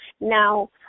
Now